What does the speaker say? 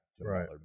Right